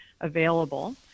available